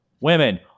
women